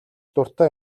дуртай